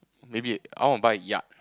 maybe I want to buy yacht